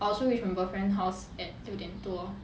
I also reach from boyfriend house at 六点多